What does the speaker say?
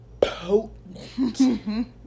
potent